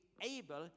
able